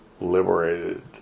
liberated